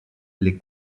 les